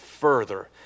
further